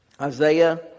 Isaiah